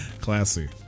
classy